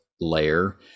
layer